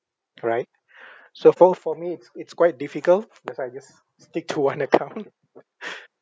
right so for for me it's it's quite difficult that's why I just stick to one account